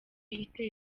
iteye